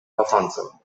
alfonso